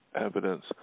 evidence